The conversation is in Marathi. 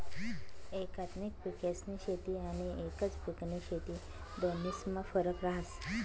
एकात्मिक पिकेस्नी शेती आनी एकच पिकनी शेती दोन्हीस्मा फरक रहास